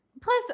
Plus